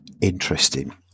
interesting